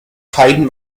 kein